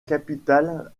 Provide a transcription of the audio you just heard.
capitale